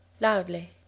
loudly